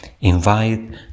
invite